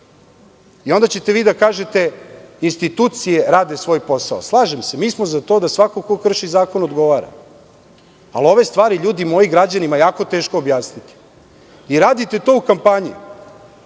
Onda ćete vi da kažete – institucije rade svoj posao. Slažem se. Mi smo za to da svako ko krši zakon odgovara. Ali ove stvari, ljudi moji, građanima je jako teško objasniti. Radite to u kampanji